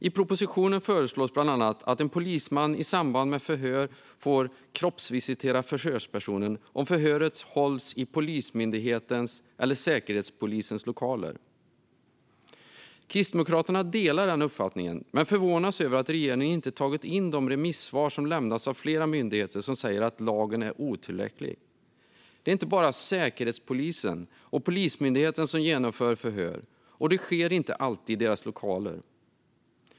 I propositionen föreslås bland annat att en polisman i samband med förhör ska få kroppsvisitera förhörspersonen om förhöret hålls i Polismyndighetens eller Säkerhetspolisens lokaler. Kristdemokraterna delar den uppfattningen men förvånas över att regeringen inte tagit in de remissvar som lämnats av flera myndigheter, som säger att lagen är otillräcklig. Det är inte bara Säkerhetspolisen och Polismyndigheten som genomför förhör, och de sker inte alltid i deras lokaler.